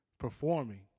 Performing